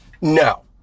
No